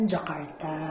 Jakarta